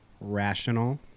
Rational